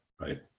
right